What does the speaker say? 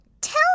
tell